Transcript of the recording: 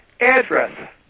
Address